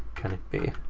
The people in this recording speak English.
can it be?